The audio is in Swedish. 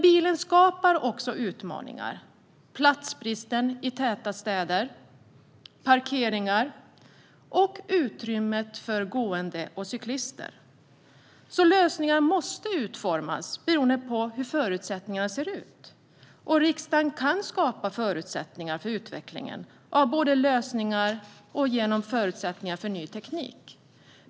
Bilen skapar dock också utmaningar, till exempel vad gäller platsbrist i täta städer, parkeringar samt utrymmet för gående och cyklister. Lösningar måste därför utformas efter hur förutsättningarna ser ut. Riksdagen kan skapa förutsättningar för utvecklingen av lösningar och ny teknik.